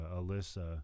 Alyssa